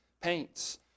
paints